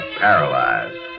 paralyzed